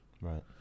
Right